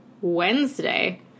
Wednesday